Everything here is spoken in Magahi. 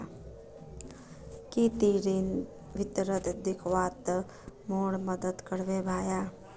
की ती ऋण विवरण दखवात मोर मदद करबो भाया